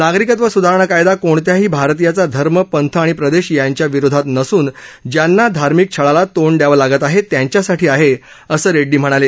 नागरिकत्व सुधारणा कायदा कोणत्याही भारतीयाचा धर्म पंथ आणि प्रदेश यांच्या विरोधात नसून ज्यांना धार्मिक छळाला तोंड द्यावं लागत आहे त्यांच्यासाठी आहे असं रेड्डी म्हणाले